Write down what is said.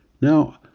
Now